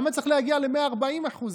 למה צריך להגיע ל-140% מס?